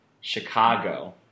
Chicago